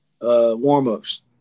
Warm-ups